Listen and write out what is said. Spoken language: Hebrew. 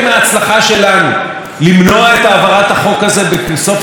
המושב הקודם נבע מזה שאפילו יושב-ראש הכנסת,